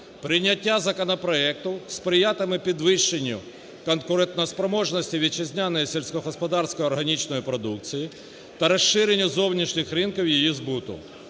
Прийняття законопроекту сприятиме підвищенню конкурентоспроможності вітчизняної сільськогосподарської органічної продукції та розширенню зовнішніх ринків її збуту,